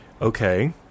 Okay